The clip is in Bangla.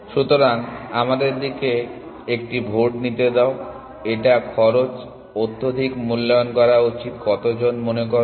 সুতরাং আমাদের একটি ভোট নিতে দাও এটা খরচ অত্যধিক মূল্যায়ন করা উচিত কতজন মনে করো